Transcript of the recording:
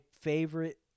favorite